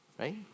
right